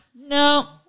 No